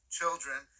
children